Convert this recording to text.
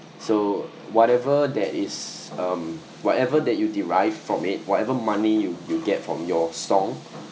so whatever that is um whatever that you derive from it whatever money you you get from your song